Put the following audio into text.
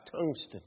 tungsten